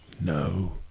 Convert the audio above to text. No